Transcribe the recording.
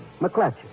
McClatchy